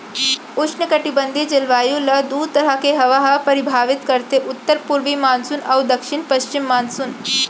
उस्नकटिबंधीय जलवायु ल दू तरह के हवा ह परभावित करथे उत्तर पूरवी मानसून अउ दक्छिन पस्चिम मानसून